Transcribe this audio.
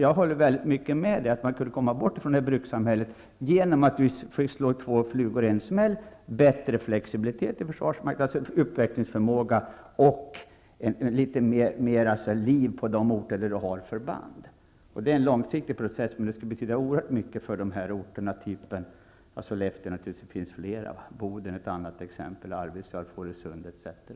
Jag håller med Sven Lundberg om att man kan komma bort från karaktären av brukssamhälle genom att slå två flugor i en smäll. Vi skulle få bättre flexibilitet i försvarsmakten och litet mer liv på de orter där det finns förband. Det är en långsiktig process som skulle betyda oerhört mycket för dessa orter, t.ex. Sollefteå, Boden,